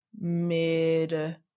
mid